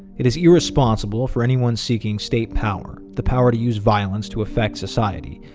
it is irresponsible for anyone seeking state power, the power to use violence to affect society,